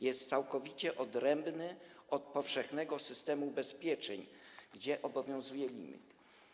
Jest on całkowicie odrębny od powszechnego systemu ubezpieczeń, gdzie obowiązuje limit.